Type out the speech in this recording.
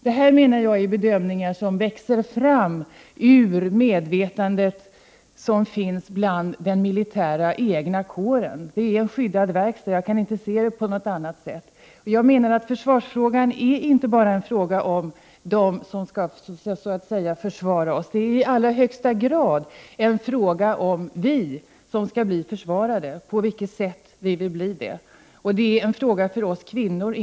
Jag menar att detta är bedömningar som växer fram ur det medvetande som finns inom den militära egna kåren. Det är en skyddad verkstad —- jag kan inte se det på något annat sätt. Försvarsfrågan är inte bara en fråga om dem som skall så att säga försvara oss. Det är i allra högsta grad en fråga om på vilket sätt vi, som skall bli försvarade, vill bli det. Detta är inte minst en fråga för oss kvinnor.